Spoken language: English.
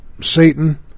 Satan